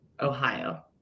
Ohio